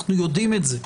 אנו יודעים את זה.